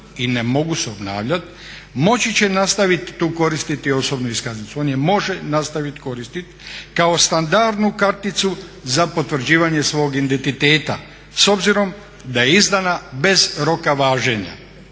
i ne mogu se obnavljati moći će nastaviti tu koristiti osobnu iskaznicu, on je može nastaviti koristiti kao standardnu karticu za potvrđivanje svog identiteta s obzirom da je izdana bez roka važenja.